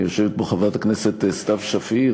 יושבת פה חברת הכנסת סתיו שפיר,